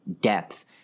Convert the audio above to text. depth